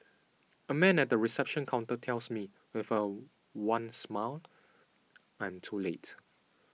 a man at the reception counter tells me with a wan smile I am too late